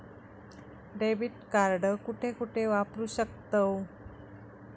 Debit card कुठे कुठे वापरू शकतव?